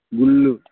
గుళ్ళు